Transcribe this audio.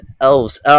elves